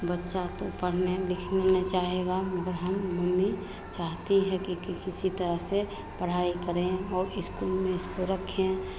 बच्चा तो पढ़ने लिखने में चाहेगा मम्मी चाहते हैं कि किसी तरह से पढ़ाई करें और इस्कूल में इसको रखें